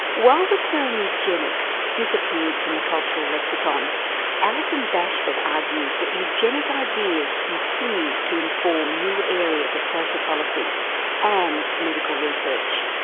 while the term eugenics disappeared from the cultural lexicon alison bashford argues that eugenic ideas continued to inform new areas of social policy and medical research.